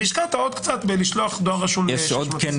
והשקעת עוד קצת בלשלוח דואר רשום ל-620,000.